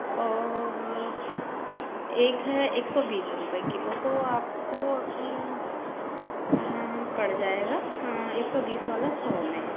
और एक है एक सौ बीस रुपये किलो तो आपको पड़ जाएगा एक सौ बीस वाला सौ में